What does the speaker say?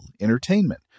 entertainment